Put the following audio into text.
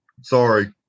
Sorry